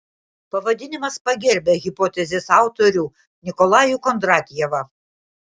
pavadinimas pagerbia hipotezės autorių nikolajų kondratjevą